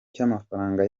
cy’amafaranga